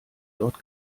dort